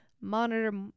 monitor